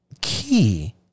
key